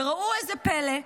וראו איזה פלא,